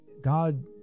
God